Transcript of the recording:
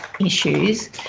issues